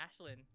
Ashlyn